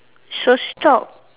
so stop